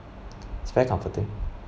it's very comforting